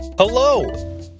Hello